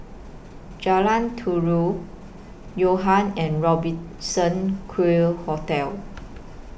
Jalan Yo Ha and Robertson Quay Hotel